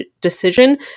decision